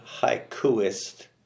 haikuist